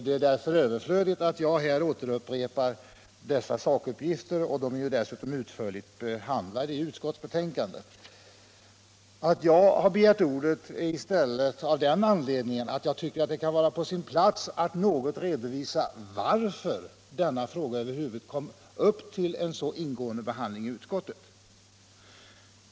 Det är därför överflödigt att jag upprepar dem, och de är dessutom utförligt behandlade i betänkandet. Jag har i stället begärt ordet för att något redovisa varför denna fråga över huvud taget kom upp till så ingående behandling i utskottet.